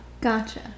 Gotcha